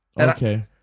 Okay